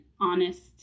honest